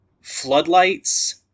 floodlights